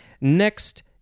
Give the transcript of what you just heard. Next